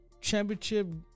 championship